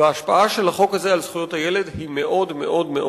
וההשפעה של החוק הזה על זכויות הילד היא מאוד חיובית: